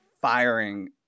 firing